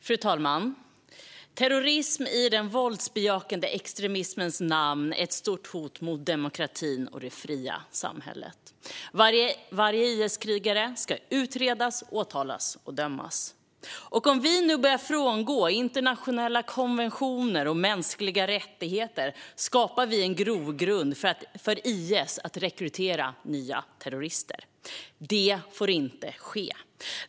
Fru talman! Terrorism i den våldsbejakande extremismens namn är ett stort hot mot demokratin och det fria samhället. Varje IS-krigare ska utredas, åtalas och dömas. Om vi nu börjar frångå internationella konventioner om mänskliga rättigheter skapar vi en grogrund för IS att rekrytera nya terrorister. Det får inte ske.